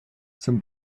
zum